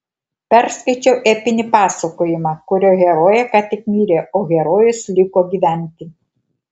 perskaičiau epinį pasakojimą kurio herojė ką tik mirė o herojus liko gyventi